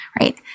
right